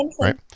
Right